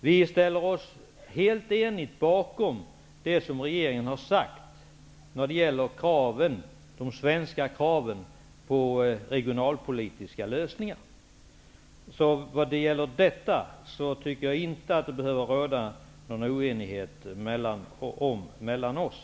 Vi ställer oss helt eniga bakom det som regeringen har sagt när det gäller de svenska kraven på regionalpolitiska lösningar. När det gäller den saken tycker jag inte att det behöver råda någon oenighet mellan oss.